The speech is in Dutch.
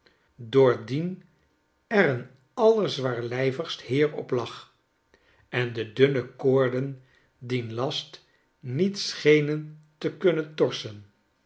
doordien er een allerzwaarlijvigst heer op lag en dedunne koorden dien last niet schenen te kunnen torsen